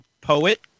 poet